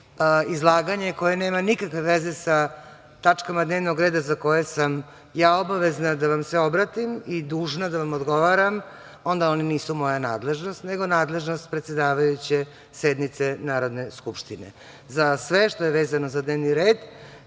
izlaganje koje nema nikakve veze sa tačkama dnevnog reda za koje sa ja obavezna da vam se obratim i dužna da vam odgovaram, onda one nisu moja nadležnosti, nego nadležnost predsedavajuće sednice Narodne skupštine.Za sve što je vezano za dnevni red,